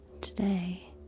Today